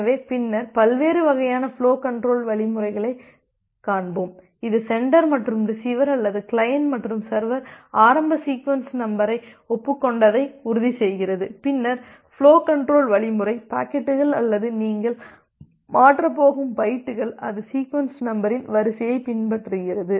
எனவே பின்னர் பல்வேறு வகையான ஃபுலோ கண்ட்ரோல் வழிமுறைகளைக் காண்போம் இது சென்டர் மற்றும் ரிசீவர் அல்லது கிளையன்ட் மற்றும் சர்வர் ஆரம்ப சீக்வென்ஸ் நம்பரை ஒப்புக் கொண்டதை உறுதிசெய்கிறது பின்னர் ஃபுலோ கண்ட்ரோல் வழிமுறை பாக்கெட்டுகள் அல்லது நீங்கள் மாற்றப் போகும் பைட்டுகள் அது சீக்வென்ஸ் நம்பரின் வரிசையைப் பின்பற்றுகிறது